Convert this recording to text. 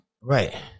right